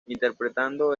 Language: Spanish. interpretando